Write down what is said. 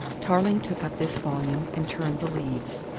tarling took up this volume and turned the leaves.